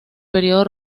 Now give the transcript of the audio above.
período